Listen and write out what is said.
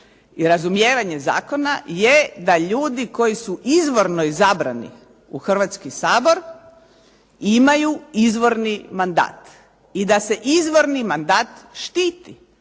razumijevanje zakona je da ljudi koji su izvorno izabrani u Hrvatski sabor imaju izvorni mandat i da se izvorni mandat štiti